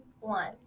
one